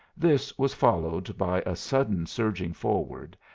this was followed by a sudden surging forward,